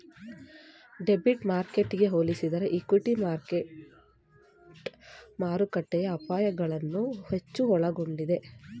debit ಮಾರ್ಕೆಟ್ಗೆ ಹೋಲಿಸಿದರೆ equity market ಮಾರುಕಟ್ಟೆಯ ಅಪಾಯಗಳನ್ನು ಹೆಚ್ಚು ಒಳಗೊಂಡಿದೆ